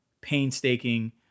painstaking